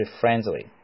friendly